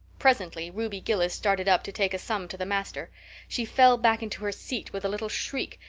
presently ruby gillis started up to take a sum to the master she fell back into her seat with a little shriek,